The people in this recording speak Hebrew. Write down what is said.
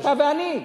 אתה ואני.